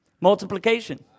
Multiplication